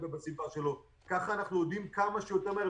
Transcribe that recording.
כך אנחנו יודעים כמה שיותר מהר,